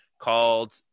called